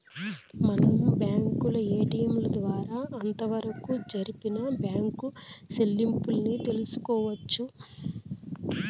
మనం bank ATM ద్వారా అంతవరకు జరిపిన బ్యాంకు సెల్లింపుల్ని తెలుసుకోవచ్చు